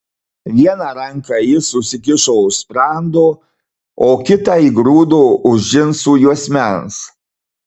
vieną ranką jis užsikišo už sprando o kitą įgrūdo už džinsų juosmens